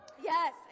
Yes